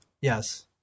Yes